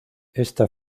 esta